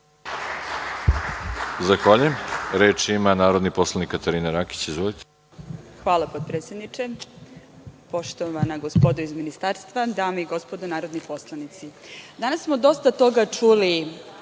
Zahvaljujem. Reč ima narodni poslanik Katarina Rakić. Izvolite. **Katarina Rakić** Hvala potpredsedniče. Poštovana gospodo iz ministarstva, dame i gospodo narodni poslanici, danas smo dosta toga čuli